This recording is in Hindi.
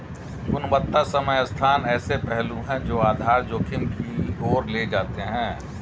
गुणवत्ता समय स्थान ऐसे पहलू हैं जो आधार जोखिम की ओर ले जाते हैं